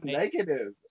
negative